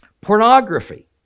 pornography